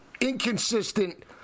inconsistent